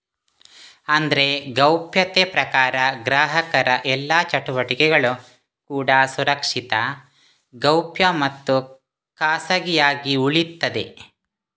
ಅಂದ್ರೆ ಗೌಪ್ಯತೆ ಪ್ರಕಾರ ಗ್ರಾಹಕರ ಎಲ್ಲಾ ಚಟುವಟಿಕೆಗಳು ಕೂಡಾ ಸುರಕ್ಷಿತ, ಗೌಪ್ಯ ಮತ್ತು ಖಾಸಗಿಯಾಗಿ ಉಳೀತದೆ